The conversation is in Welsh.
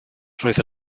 roedd